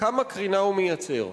כמה קרינה הוא מייצר.